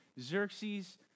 Xerxes